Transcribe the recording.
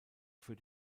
für